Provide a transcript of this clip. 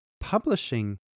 publishing